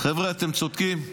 חבר'ה, אתם צודקים.